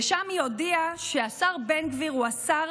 ושם היא הודיעה שהשר בן גביר הוא השר